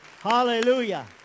Hallelujah